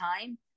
time